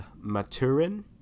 maturin